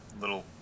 little